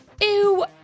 ew